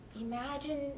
Imagine